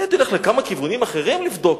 אני הייתי הולך לכמה כיוונים אחרים לבדוק.